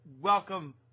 welcome